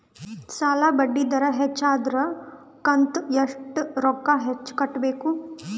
ಸಾಲಾ ಬಡ್ಡಿ ದರ ಹೆಚ್ಚ ಆದ್ರ ಕಂತ ಎಷ್ಟ ರೊಕ್ಕ ಹೆಚ್ಚ ಕಟ್ಟಬೇಕು?